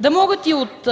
да могат и от